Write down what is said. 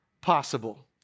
possible